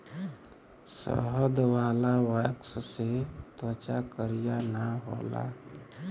शहद वाला वैक्स से त्वचा करिया ना होला